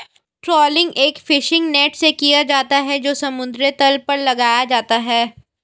trawling एक fishing net से किया जाता है जो समुद्र तल पर लगाया जाता है